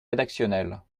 rédactionnels